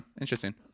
Interesting